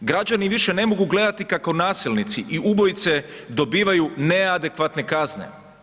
Građani više ne mogu gledati kako nasilnici i ubojice dobivaju neadekvatne kazne.